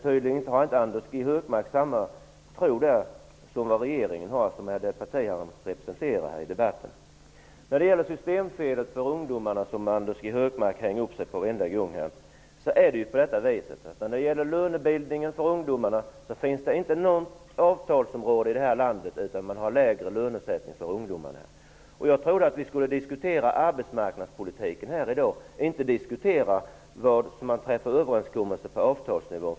Tydligen har Anders G Högmark inte samma tro som regeringen. Systemfelet för ungdomarna är någonting som Anders G Högmark hänger upp sig på varenda gång. När det gäller lönebildningen för ungdomarna finns det inte något avtalsområde i det här landet, utan man har lägre löner för ungdomarna. Jag trodde att vi skulle diskutera arbetsmarknadspolitik här i dag, inte vilka överenskommelser som träffas på avtalsnivå.